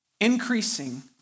increasing